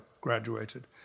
graduated